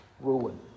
ruin